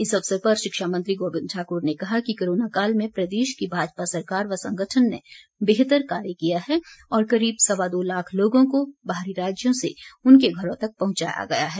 इस अवसर पर शिक्षा मंत्री गोबिंद ठाकुर ने कहा कि कोरोना काल में प्रदेश की भाजपा सरकार व संगठन ने बेहतर कार्य किया है और करीब सवा दो लाख लोगों को बाहरी राज्यों से उनके घरों तक पहुंचाया गया है